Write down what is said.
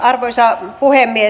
arvoisa puhemies